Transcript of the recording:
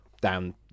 down